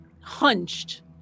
hunched